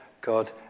God